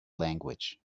language